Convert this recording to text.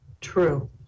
true